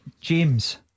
James